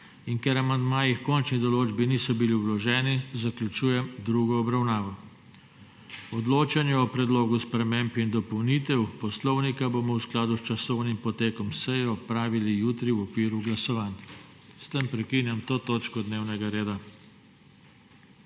in ker amandmaji h končni določbi niso bili vloženi, zaključujem drugo obravnavo. Odločanje o Predlogu sprememb in dopolnitev Poslovnika državnega zbora bomo v skladu s časovnim potekom seje opravili jutri, v okviru glasovanj. S tem prekinjam to točko dnevnega reda.